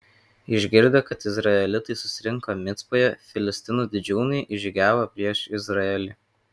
išgirdę kad izraelitai susirinko micpoje filistinų didžiūnai išžygiavo prieš izraelį